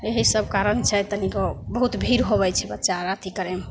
यहीसब कारण छै तनिगो बहुत भीड़ होबै छै बच्चा आओर अथी करैमे